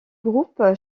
groupe